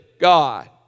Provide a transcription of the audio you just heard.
God